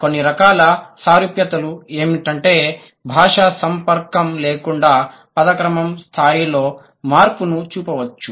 కొన్ని రకాల సారూప్యతలు ఎటువంటి భాషా సంపర్కం లేకుండా పద క్రమ స్థాయిలో మార్పును చూపవచ్చు